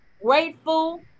grateful